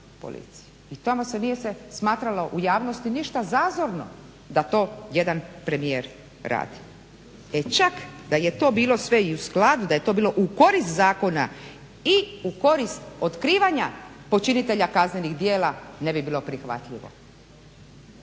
I tamo se nije se smatralo u javnosti ništa zazorno da to jedan premijer radi. E čak da je to bilo sve i u skladu, da je to bilo u korist zakona i u korist otkrivanja počinitelja kaznenih djela ne bi bilo prihvatljivo.